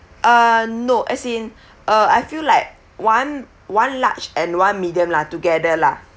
uh no as in uh I feel like one one large and one medium lah together lah